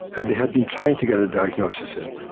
and they had been trying to get a diagnosis in.